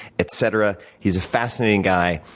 etc. he's a fascinating guy.